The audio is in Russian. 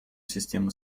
системы